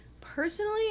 personally